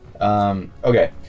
Okay